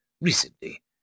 recently